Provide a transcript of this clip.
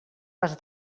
les